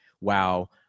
Wow